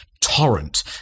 torrent